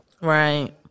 Right